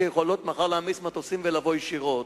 שיכולות מחר להעמיס מטוסים ולבוא ישירות?